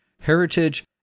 Heritage